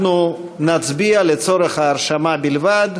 אנחנו נצביע לצורך ההרשמה בלבד,